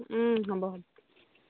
হ'ব হ'ব